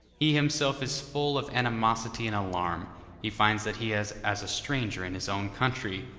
he himself is full of animosity and alarm he finds that he is as a stranger in his own country,